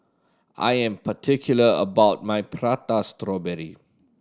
I am particular about my Prata Strawberry